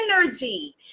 energy